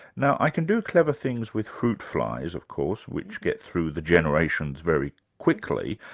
now i can do clever things with fruit flies, of course, which get through the generations very quickly,